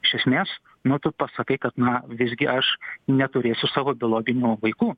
iš esmės nu tu pasakai kad na visgi aš neturėsiu savo biologinių vaikų